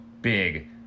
big